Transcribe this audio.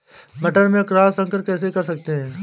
मटर में क्रॉस संकर कैसे कर सकते हैं?